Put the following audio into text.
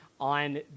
on